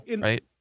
right